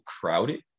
crowded